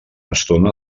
estona